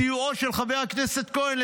בסיועו של חבר הכנסת כהן.